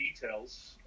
details